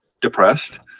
depressed